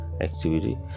activity